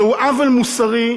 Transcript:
זהו עוול מוסרי,